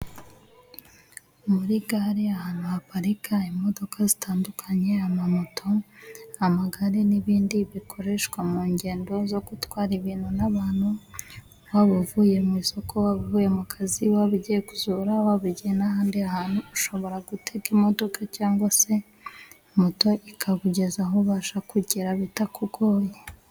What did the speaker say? Muri gare ahantu haparika imodoka zitandukanye, ama moto, amagare n'ibindi bikoreshwa mu ngendo zo gutwara ibintu n'abantu. Waba uvuye mw' isoko, waba uvuye mu kazi, waba ugiye gusura, wabugiye n'ahandi hantu ushobora gutega imodoka cyangwa se moto, ikabugeza aho ushaka kugera bitakugoye.